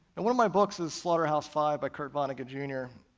and one of my books is slaughterhouse five by kurt vonnegut, jr.